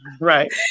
Right